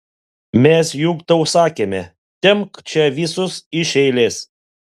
mes juk tau sakėme tempk čia visus iš eilės